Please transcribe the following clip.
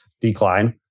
decline